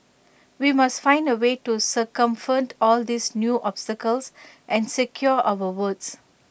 we must find A way to circumvent all these new obstacles and secure our votes